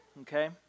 okay